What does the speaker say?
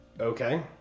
okay